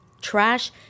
trash